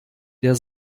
der